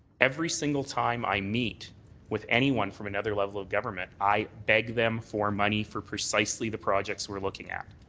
every single time i meet with anyone from another level of government i beg them for money for precisely the projects we're looking at.